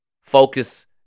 focus